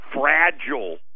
fragile